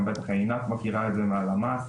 גם בטח עינת מכירה את זה מהלמ"ס,